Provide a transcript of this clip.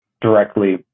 directly